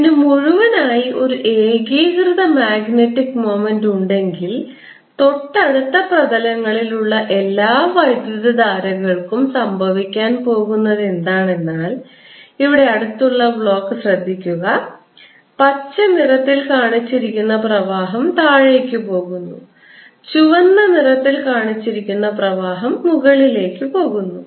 ഇതിനു മുഴുവനായി ഒരു ഏകീകൃത മാഗ്നറ്റിക് മൊമെന്റ് ഉണ്ടെങ്കിൽ തൊട്ടടുത്ത പ്രതലങ്ങളിൽ ഉള്ള എല്ലാ വൈദ്യുതധാരകൾക്കും സംഭവിക്കാൻ പോകുന്നതെന്താണെന്നാൽ ഇവിടെ അടുത്തുള്ള ബ്ലോക്ക് ശ്രദ്ധിക്കുക പച്ച നിറത്തിൽ കാണിച്ചിരിക്കുന്ന പ്രവാഹം താഴേക്ക് പോകുന്നു ചുവന്ന നിറത്തിൽ കാണിച്ചിരിക്കുന്ന പ്രവാഹം മുകളിലേക്ക് പോകുന്നു